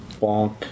bonk